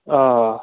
آ